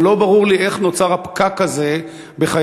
אבל לא ברור לי איך נוצר הפקק הזה בחייהם